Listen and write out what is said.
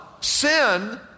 Sin